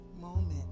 moment